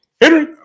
Henry